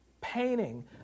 painting